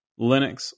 Linux